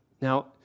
Now